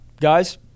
Guys